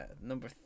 number